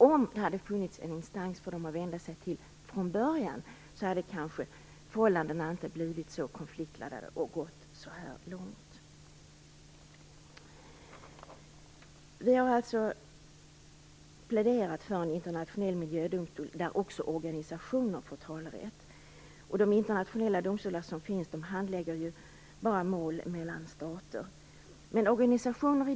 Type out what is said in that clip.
Om det hade funnits en instans som de hade kunnat vända sig till tidigare hade förhållandena kanske inte blivit konfliktladdade. Det hade kanske inte gått så långt. Vi har pläderat för en internationell miljödomstol där också organisationer får talerätt. De internationella domstolar som finns handlägger endast mål mellan stater.